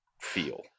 feel